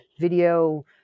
video